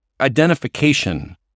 Identification